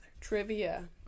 Trivia